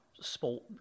sport